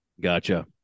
Gotcha